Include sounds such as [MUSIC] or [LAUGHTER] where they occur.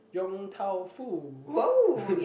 Yong-Tau-Foo [LAUGHS]